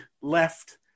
left